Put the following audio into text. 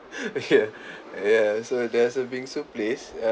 yeah yeah so there's a bingsu place err